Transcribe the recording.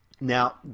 Now